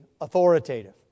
authoritative